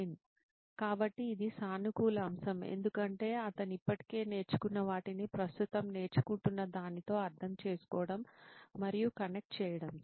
నితిన్ కాబట్టి ఇది సానుకూల అంశం ఎందుకంటే అతను ఇప్పటికే నేర్చుకున్న వాటిని ప్రస్తుతం నేర్చుకుంటున్న దానితో అర్థం చేసుకోవడం మరియు కనెక్ట్ చేయడం